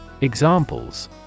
Examples